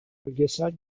bölgesel